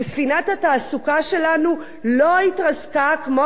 וספינת התעסוקה שלנו לא התרסקה כמו